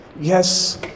Yes